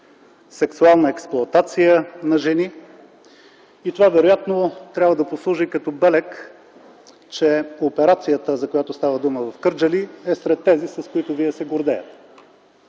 сексуална експлоатация на жени. Това вероятно трябва да послужи като белег, че операцията в Кърджали, за която става дума, е сред тези, с които Вие се гордеете.